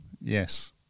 Yes